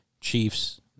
Chiefs